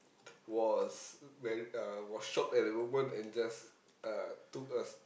was very uh was shock at the woman and just uh took us